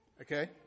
Okay